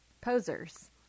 posers